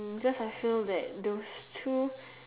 just I feel that those two